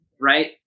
right